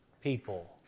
people